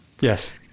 Yes